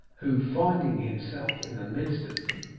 who, finding himself in the midst of them,